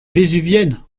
vésuvienne